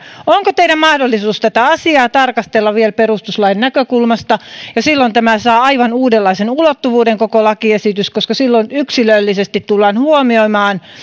onko teillä mahdollisuus tätä asiaa tarkastella vielä perustuslain näkökulmasta silloin saa aivan uudenlaisen ulottuvuuden koko lakiesitys koska silloin yksilöllisesti tullaan huomioimaan